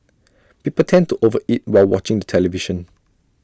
people tend to over eat while watching the television